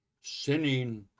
sinning